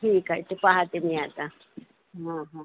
ठीक आहे ते पाहते मी आता हां हां